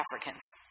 Africans